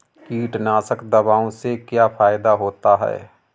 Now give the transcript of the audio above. कीटनाशक दवाओं से क्या फायदा होता है?